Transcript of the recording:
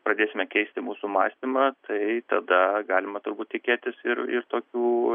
pradėsime keisti mūsų mąstymą tai tada galima turbūt tikėtis ir ir tokių